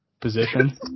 position